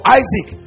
isaac